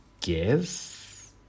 guess